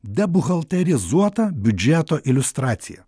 debuhalterizuotą biudžeto iliustraciją